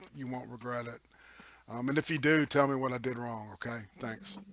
you won't regret it um and if you do tell me what i did wrong, okay, thanks.